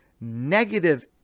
negative